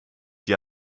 die